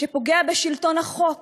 שפוגע בשלטון החוק